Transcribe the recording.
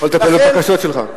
בקשות שלך.